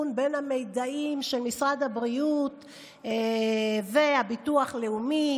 בין המידעים של משרד הבריאות לביטוח הלאומי,